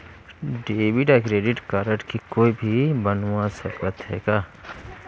Debit या credit card के कोई भी बनवाय सकत है का?